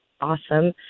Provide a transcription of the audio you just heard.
awesome